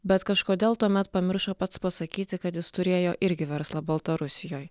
bet kažkodėl tuomet pamiršo pats pasakyti kad jis turėjo irgi verslą baltarusijoj